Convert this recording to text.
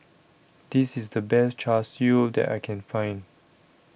This IS The Best Char Siu that I Can Find